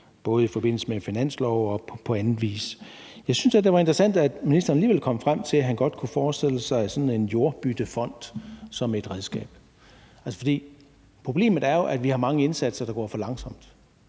både i forbindelse med finansloven og på anden vis. Jeg synes, at det var interessant, at ministeren alligevel kom frem til, at han godt kunne forestille sig sådan en jordbyttefond som et redskab. Problemet er jo, at vi har mange indsatser, der går for langsomt.